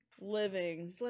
Living